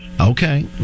Okay